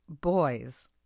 boys